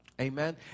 amen